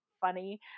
funny